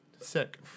Sick